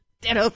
Dead